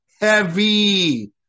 heavy